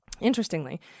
interestingly